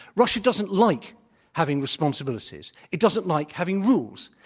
russia doesn't like having responsibilities. it doesn't like having rules.